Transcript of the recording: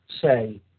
say